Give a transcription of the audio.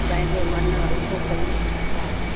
पंहिंजो मनु हलिको कयूं तव्हां सां